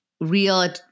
real